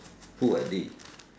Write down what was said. who are they